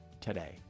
today